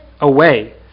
away